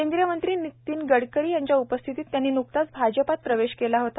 केंद्रीय मंत्री गडकरी यांच्या उपस्थितीत त्यांनी न्कताच भाजपात प्रवेश केला होता